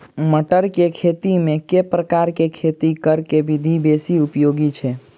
मटर केँ खेती मे केँ प्रकार केँ खेती करऽ केँ विधि बेसी उपयोगी छै?